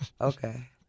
okay